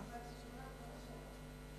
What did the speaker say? לא קיבלתי תשובות על כל השאלות.